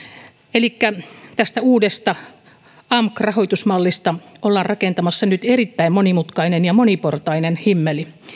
elikkä tästä uudesta amk rahoitusmallista ollaan rakentamassa nyt erittäin monimutkainen ja moniportainen himmeli